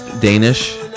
Danish